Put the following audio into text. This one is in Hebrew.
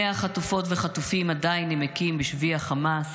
100 חטופות וחטופים עדיין נמקים בשבי החמאס.